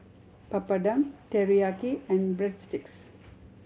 Papadum Teriyaki and Breadsticks